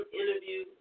interview